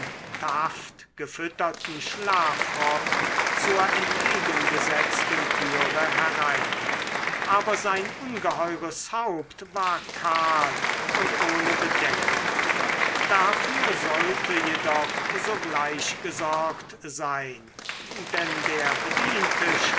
taft gefütterten schlafrock zur entgegengesetzten türe herein aber sein ungeheures haupt war kahl und ohne bedeckung dafür sollte jedoch sogleich gesorgt sein denn der bediente